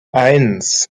eins